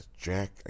Jack